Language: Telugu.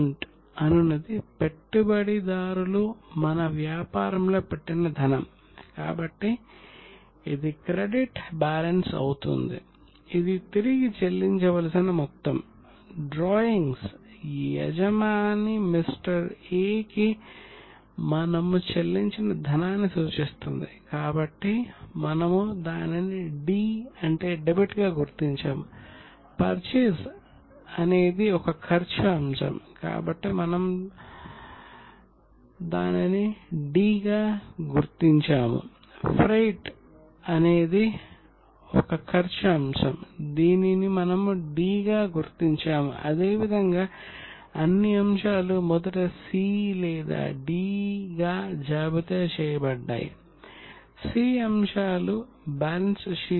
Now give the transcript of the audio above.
C అంటే క్రెడిట్ మరియు D అంటే డెబిట్